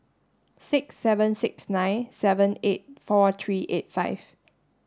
six seven six nine seven eight four three eight five